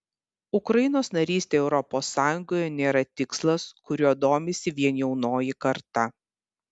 ukrainos narystė europos sąjungoje nėra tikslas kuriuo domisi vien jaunoji karta